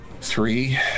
Three